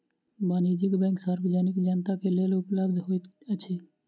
वाणिज्य बैंक सार्वजनिक जनता के लेल उपलब्ध होइत अछि